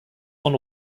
von